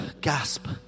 gasp